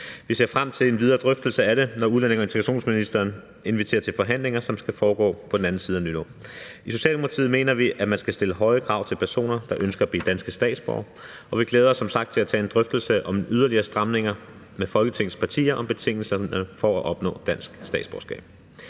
Vi ser frem til en videre drøftelse af det, når udlændinge- og integrationsministeren inviterer til forhandlinger, som skal foregå på den anden side af nytår. I Socialdemokratiet mener vi, at man skal stille høje krav til personer, der ønsker at blive danske statsborgere, og vi glæder os som sagt til at tage en drøftelse om yderligere stramninger med Folketingets partier af betingelserne for at opnå dansk statsborgerskab.